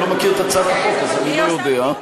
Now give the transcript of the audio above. אני לא מכיר את הצעת החוק אז אני לא יודע.